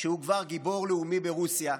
כשהוא כבר גיבור לאומי ברוסיה,